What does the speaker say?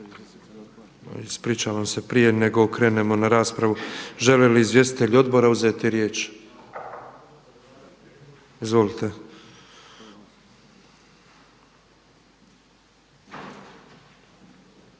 izvjestitelji odbora uzeti riječ? Izvolite.